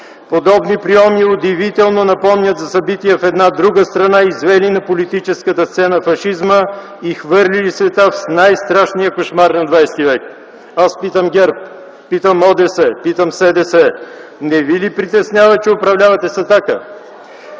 Подобни прийоми удивително напомнят събития в една друга страна, извели на политическата сцена фашизма и хвърлили света в най-страшния кошмар на ХХ век. Аз питам ГЕРБ, питам ОДС, питам СДС: не ви ли притеснява, че управлявате с „Атака”?